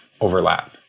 overlap